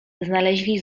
znaleźli